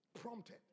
Prompted